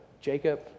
Jacob